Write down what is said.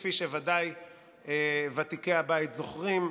כפי שוודאי ותיקי הבית זוכרים.